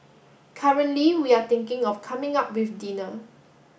currently we are thinking of coming up with dinner